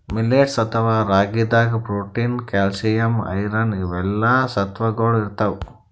millets ಅಥವಾ ರಾಗಿದಾಗ್ protein, calcium, iron ಇವೆಲ್ಲಾ ಸತ್ವಗೊಳ್ ಇರ್ತವ್